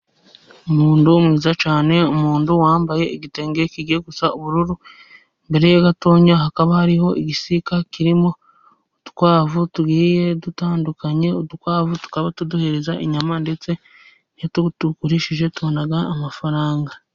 Umuntu mwiza cyane umuntu wambaye igitenge kigiye gusa n'ubururu, imbere ye gato hakaba hariho igisika kirimo udukwavu tugiye dutandukanye, udukwavu tukaba tuduhereza inyama ndetse iyo tutugurishije tubona amafaranga.